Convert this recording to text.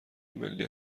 ملی